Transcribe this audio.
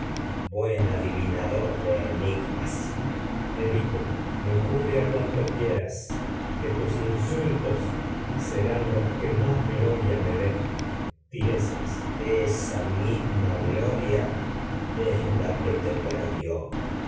tú buen adivinador de enigmas edipo injuria cuanto quieras que tus insultos serán los que más gloria me den esa misma tiresias edipo gloria la es la que te perdió